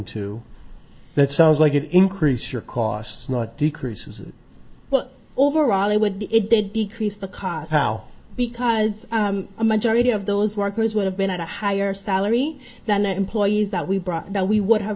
to that sounds like it increases your costs not decreases but overall it would be it did decrease the cost how because a majority of those workers would have been at a higher salary than the employees that we brought that we would have